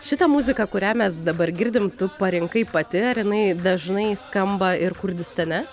šitą muziką kurią mes dabar girdim tu parinkai pati ar jinai dažnai skamba ir kurdistane